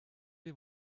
die